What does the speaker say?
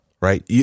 right